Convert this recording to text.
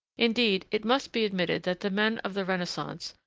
indeed, it must be admitted that the men of the renaissance,